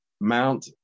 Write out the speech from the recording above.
Mount